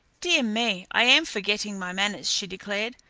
dear me, i am forgetting my manners, she declared.